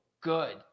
good